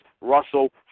Russell